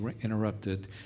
interrupted